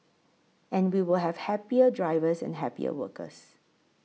and we will have happier drivers and happier workers